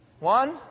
One